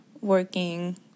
working